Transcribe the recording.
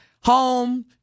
home